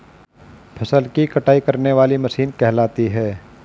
फसल की कटाई करने वाली मशीन कहलाती है?